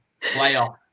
playoff